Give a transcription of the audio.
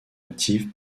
active